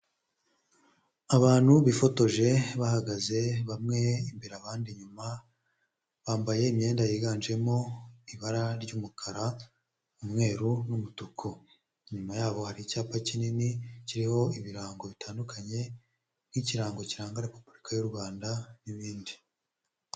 Abantu bifotoje bahagaze, bamwe imbere abandi inyuma, bambaye imyenda yiganjemo ibara ry'umukara, umweru n'umutuku, inyuma yabo hari icyapa kinini kiriho ibirango bitandukanye, nk'ikirango kiranga repubulika y'u Rwanda n'ibindi.